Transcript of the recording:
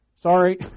Sorry